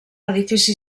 edifici